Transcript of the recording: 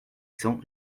cents